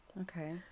Okay